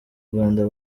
rwanda